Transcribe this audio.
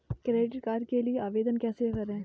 Credit card के लिए आवेदन कैसे करें?